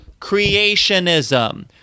creationism